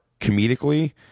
comedically